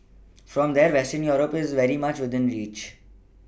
from there Western Europe is very much within reach